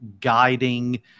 guiding